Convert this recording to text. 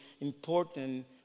important